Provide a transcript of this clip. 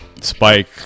Spike